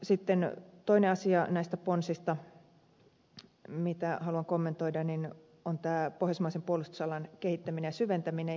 sitten toinen asia näistä ponsista mitä haluan kommentoida on tämä pohjoismaisen puolustusalan kehittäminen ja syventäminen